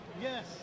Yes